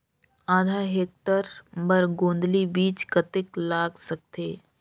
आधा हेक्टेयर बर गोंदली बीच कतेक लाग सकथे?